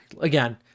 again